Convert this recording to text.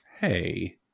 Hey